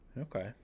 Okay